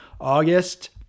August